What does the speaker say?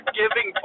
giving